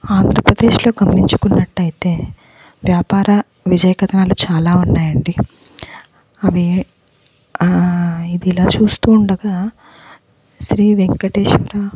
ఆంధ్రప్రదేశ్లో గమనించుకున్నట్టయితే వ్యాపార విజయకథనాలు చాలా ఉన్నాయండి అవి ఇదిలా చూస్తూ ఉండగా శ్రీ వేంకటేశ్వర